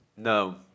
No